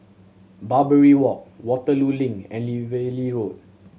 Barbary Walk Waterloo Link and Valley Road